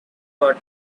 what